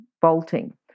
vaulting